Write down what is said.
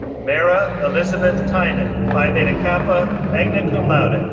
mara elizabeth tynan, phi beta kappa, magna cum laude,